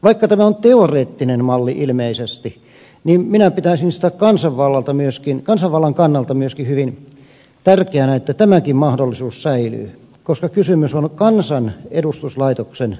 vaikka tämä on teoreettinen malli ilmeisesti niin minä pitäisin sitä kansanvallan kannalta myöskin hyvin tärkeänä että tämäkin mahdollisuus säilyy koska kysymys on kansan edustuslaitoksen valinnasta